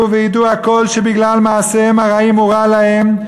וידעו הכול שבגלל מעשיהם הרעים הורע להן",